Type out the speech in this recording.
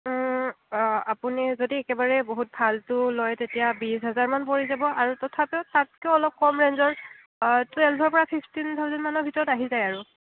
অঁ আপুনি যদি একেবাৰে বহুত ভালটো লয় তেতিয়া বিছ হাজাৰ মান পৰি যাব আৰু তথাপিও তাতকৈ অলপ কম ৰেঞ্জৰ টুৱেলভৰ পৰা ফিফটিন থাউজেণ্ড মানৰ ভিতৰত আহি যায় আৰু